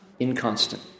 inconstant